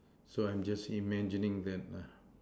so I'm just imaging that lah